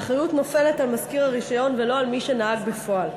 האחריות נופלת על משכיר הרישיון ולא על מי שנהג בפועל.